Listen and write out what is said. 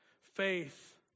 faith